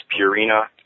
Purina